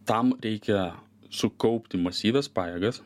tam reikia sukaupti masyvias pajėgas